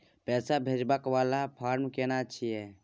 पैसा भेजबाक वाला फारम केना छिए?